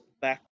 Back